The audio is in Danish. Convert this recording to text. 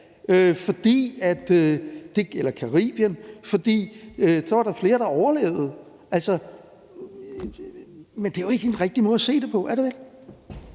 transporteres til Caribien, for så var der flere, der overlevede. Men det er jo ikke den rigtige måde at se det på, er det vel?